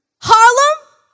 Harlem